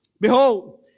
Behold